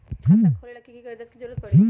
खाता खोले ला कि कि कागजात के जरूरत परी?